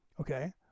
okay